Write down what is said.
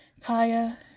Kaya